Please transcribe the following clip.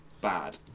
bad